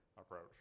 approach